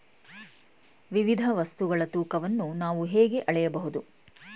ವಿವಿಧ ವಸ್ತುಗಳ ತೂಕವನ್ನು ನಾವು ಹೇಗೆ ಅಳೆಯಬಹುದು?